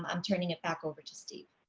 i'm turning it back over to steve.